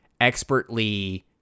expertly